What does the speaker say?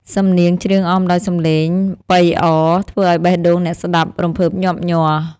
សំនៀងច្រៀងអមដោយសំឡេងប៉ីអរ ធ្វើឱ្យបេះដូងអ្នកស្ដាប់រំភើបញាប់ញ័រ។